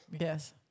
Yes